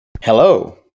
hello